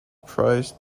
prized